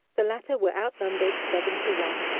the latter were outnumbered seven to one.